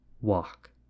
walk